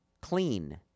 clean